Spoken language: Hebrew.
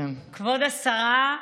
כבוד השרה,